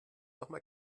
nochmal